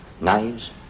Knives